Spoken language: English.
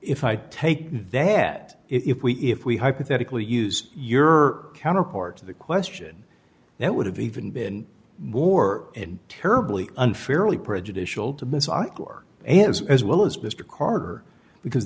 if i take they had if we if we hypothetically use your counterpart to the question that would have even been war and terribly unfairly prejudicial to miss on your answer as well as mr carter because